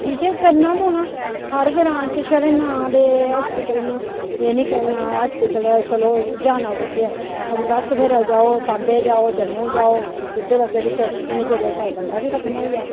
क्योंकि ओह् करना गै पौना हर ग्रां च छडे़ नां दे हास्पिटल न एह् निं करना हास्पिटल ऐ चलो जाना कुत्थै ऐ ते बस फिर साम्बै जाओ जम्मू जाओ इद्धर अग्गें पिच्छें इन्ने चिरें च चाहे बंदा बी खत्म होई जाए